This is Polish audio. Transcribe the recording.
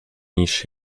niż